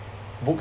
books~